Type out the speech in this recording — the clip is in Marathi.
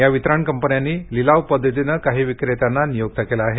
या वितरण कंपन्यांनी लिलावपद्धतीने काही विक्रेत्यांना नियुक्त केलं आहे